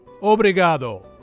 Obrigado